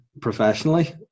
professionally